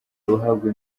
uruhago